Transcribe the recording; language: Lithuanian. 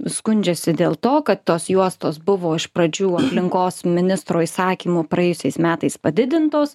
skundžiasi dėl to kad tos juostos buvo iš pradžių aplinkos ministro įsakymu praėjusiais metais padidintos